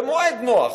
במועד נוח,